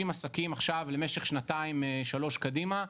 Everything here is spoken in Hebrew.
עסקים עכשיו למשך שנתיים-שלוש קדימה,